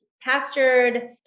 pastured